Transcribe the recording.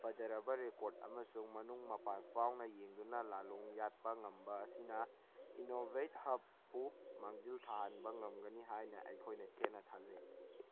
ꯐꯖꯔꯕ ꯔꯦꯀꯣꯔꯗ ꯑꯃꯁꯨꯡ ꯃꯅꯨꯡ ꯃꯄꯥꯟ ꯐꯥꯎꯅ ꯌꯦꯡꯗꯨꯅ ꯂꯥꯜꯂꯣꯡ ꯌꯥꯠꯄ ꯉꯝꯕ ꯑꯁꯤꯅ ꯏꯟꯅꯣꯕꯦꯠ ꯍꯕꯄꯨ ꯃꯥꯡꯖꯤꯜ ꯊꯥꯍꯟꯕ ꯉꯝꯒꯅꯤ ꯍꯥꯏꯅ ꯑꯩꯈꯣꯏꯅ ꯆꯦꯠꯅ ꯊꯥꯖꯩ